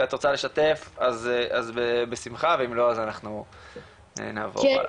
שאת רוצה לשתף אז בשמחה ואם לא אז אנחנו נעבור הלאה.